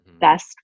best